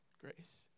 grace